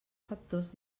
factors